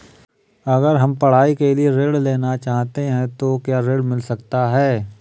अगर हम पढ़ाई के लिए ऋण लेना चाहते हैं तो क्या ऋण मिल सकता है?